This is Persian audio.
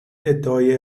ادعای